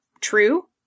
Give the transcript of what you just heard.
true